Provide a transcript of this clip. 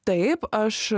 taip aš